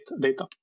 data